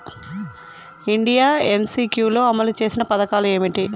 India MCQ లో అమలు చేసిన పథకాలు ఏమిటి?